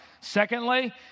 Secondly